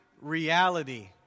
reality